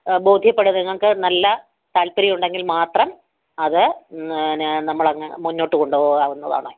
ബോധ്യപ്പെടും നിങ്ങൾക്ക് നല്ല താല്പര്യമുണ്ടെങ്കിൽ മാത്രം അത് നമ്മൾ അങ്ങ് മുന്നോട്ട് കൊണ്ട് പോകാവുന്നതാണ്